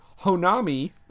honami